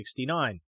1969